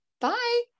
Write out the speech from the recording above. bye